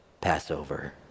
Passover